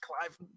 Clive